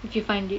if you find it